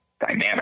dynamic